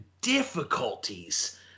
difficulties